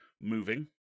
moving